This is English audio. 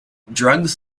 drugs